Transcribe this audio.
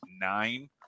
nine